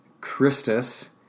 Christus